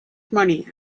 money